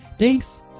Thanks